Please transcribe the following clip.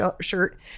shirt